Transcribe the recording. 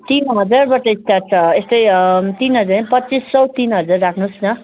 तिन हजारबाट स्टार्ट छ यस्तै तिन हजार पच्चिस सय तिन हजार राख्नुहोस् न